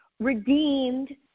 redeemed